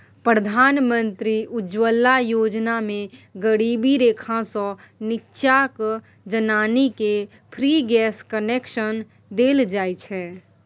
प्रधानमंत्री उज्जवला योजना मे गरीबी रेखासँ नीच्चाक जनानीकेँ फ्री गैस कनेक्शन देल जाइ छै